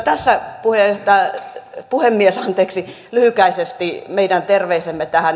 tässä puhemies lyhykäisesti meidän terveisemme tähän